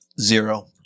Zero